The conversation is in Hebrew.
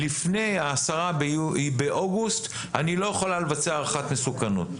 לפני ה-10 באוגוסט אני לא יכולה לבצע הערכת מסוכנות.